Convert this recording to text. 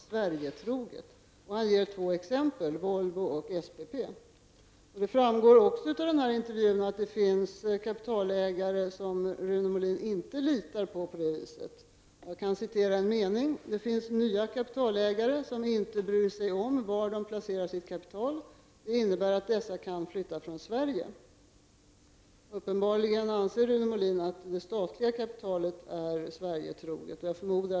Som exempel nämns Volvo och Det framgår också att det finns andra kapitalägare i Sverige som industriministern inte litar på, 'klippare'. ''Det finns nya kapitalägare, som inte bryr sig om var de placerar sitt kapital. Det innebär att dessa kan flytta från Sverige'', säger Rune Molin enligt Veckans Affärer.